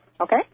Okay